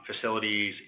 facilities